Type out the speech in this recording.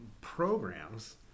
programs